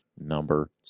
number